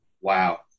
Wow